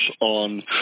on